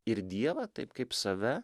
ir dievą taip kaip save